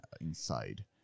inside